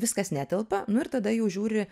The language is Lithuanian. viskas netelpa nu ir tada jau žiūri